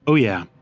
oh yeah,